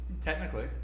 Technically